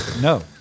No